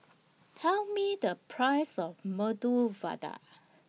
Tell Me The Price of Medu Vada